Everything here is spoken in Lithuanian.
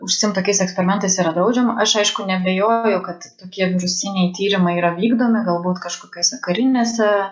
užsiimt tokiais eksperimentais yra draudžiama aš aišku neabejoju kad tokie virusiniai tyrimai yra vykdomi galbūt kažkokiose karinėse